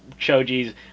Choji's